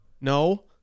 No